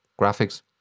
Graphics